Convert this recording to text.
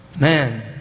Man